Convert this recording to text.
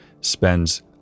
spends